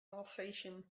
alsatian